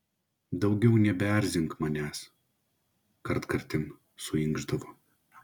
daugiau nebeerzink manęs kartkartėm suinkšdavo